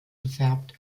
gefärbt